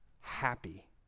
happy